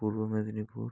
Purba Medinipur